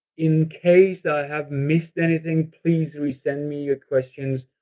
in case i have missed anything, please resend me your questions.